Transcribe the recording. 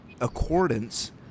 accordance